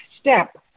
step